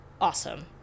awesome